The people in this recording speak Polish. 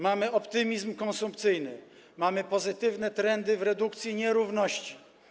Mamy optymizm konsumpcyjny, mamy pozytywne trendy w redukcji nierówności.